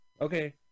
okay